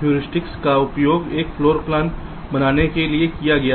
heuristics का उपयोग एक फ्लोर प्लान बनाने के लिए किया गया है